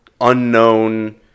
unknown